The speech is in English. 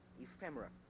ephemera